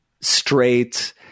straight